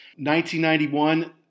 1991